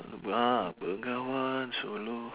bengawan solo